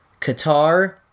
qatar